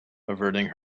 averting